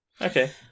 Okay